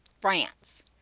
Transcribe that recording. France